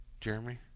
Jeremy